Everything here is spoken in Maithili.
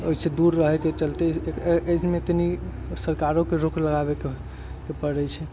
ओहि से दूर रहय के चलते एहि मे तनी सरकारोके रोक लगाबे के परै छै